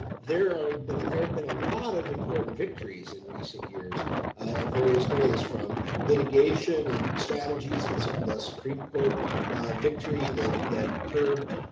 ah there are been there have been a lot of important victories in recent years in various ways from litigation and strategies and so the supreme court victory that that curved,